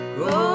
go